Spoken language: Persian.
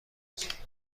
است